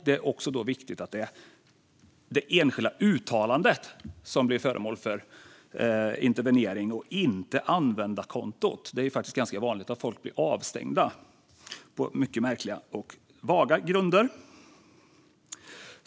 Det är också viktigt att det är det enskilda uttalandet som blir föremål för intervenering, inte användarkontot. Det är ganska vanligt att folk blir avstängda på mycket märkliga och vaga grunder.